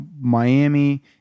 Miami